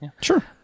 sure